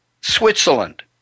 Switzerland